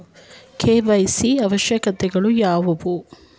KYC ಅವಶ್ಯಕತೆಗಳು ಯಾವುವು?